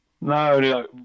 No